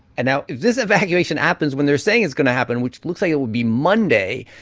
and now if this evacuation happens when they're saying it's going to happen, which looks like it would be monday,